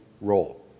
role